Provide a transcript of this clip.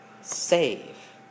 save